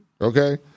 okay